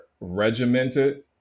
regimented